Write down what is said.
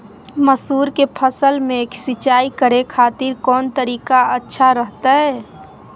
मसूर के फसल में सिंचाई करे खातिर कौन तरीका अच्छा रहतय?